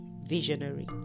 Visionary